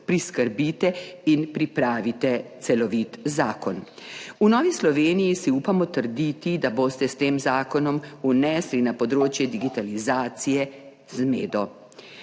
priskrbite in pripravite celovit zakon. V Novi Sloveniji si upamo trditi, da boste s tem zakonom vnesli na področje digitalizacije zmedo.